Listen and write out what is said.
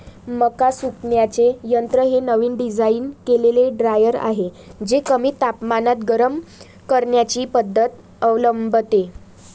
मका सुकवण्याचे यंत्र हे नवीन डिझाइन केलेले ड्रायर आहे जे कमी तापमानात गरम करण्याची पद्धत अवलंबते